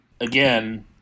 again